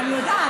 אני יודעת,